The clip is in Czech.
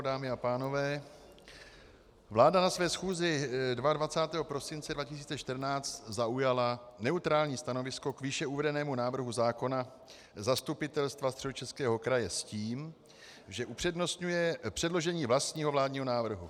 Dámy a pánové, vláda na své schůzi 22. prosince 2014 zaujala neutrální stanovisko k výše uvedenému návrhu zákona Zastupitelstva Středočeského kraje s tím, že upřednostňuje předložení vlastního vládního návrhu.